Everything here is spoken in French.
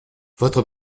votre